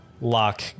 lock